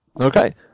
Okay